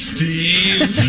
Steve